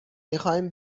میخایم